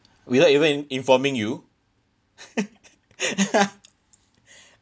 without even in~ informing you